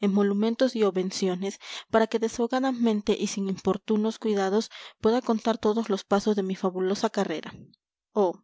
emolumentos y obvenciones para que desahogadamente y sin importunos cuidados pueda contar todos los pasos de mi fabulosa carrera oh